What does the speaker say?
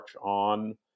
on